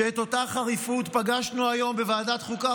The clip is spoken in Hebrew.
שאת אותה חריפות פגשנו היום בוועדת חוקה,